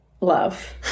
love